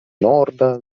norda